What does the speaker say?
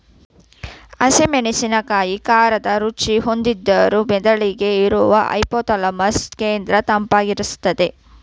ಹಸಿ ಮೆಣಸಿನಕಾಯಿ ಖಾರದ ರುಚಿ ಹೊಂದಿದ್ರೂ ಮೆದುಳಿನಲ್ಲಿ ಇರುವ ಹೈಪೋಥಾಲಮಸ್ ಕೇಂದ್ರ ತಂಪಾಗಿರ್ಸ್ತದೆ